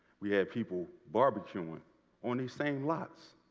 we had people barbecuing on these same lots.